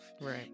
Right